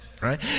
right